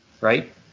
right